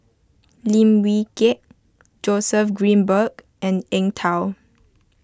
Lim Wee Kiak Joseph Grimberg and Eng Tow